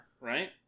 right